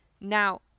Now